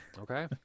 Okay